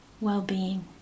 well-being